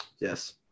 yes